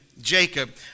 Jacob